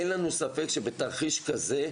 אין לנו ספק שבתרחיש כזה,